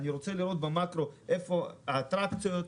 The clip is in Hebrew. אני רוצה לראות במקרו איפה האטרקציות,